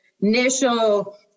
initial